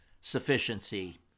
sufficiency